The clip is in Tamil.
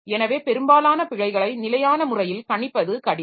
எனவே பெரும்பாலான பிழைகளை நிலையான முறையில் கணிப்பது கடினம்